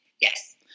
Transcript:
Yes